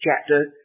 chapter